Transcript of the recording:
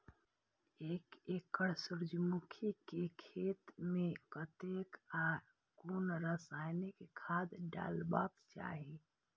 एक एकड़ सूर्यमुखी केय खेत मेय कतेक आ कुन रासायनिक खाद डलबाक चाहि?